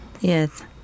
Yes